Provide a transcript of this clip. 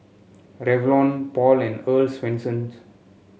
Revlon Paul and Earl's Swensens